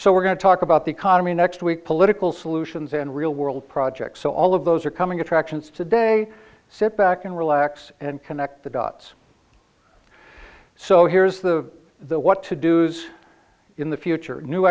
to talk about the economy next week political solutions and real world projects so all of those are coming attractions today sit back and relax and connect the dots so here's the the what to do so in the future new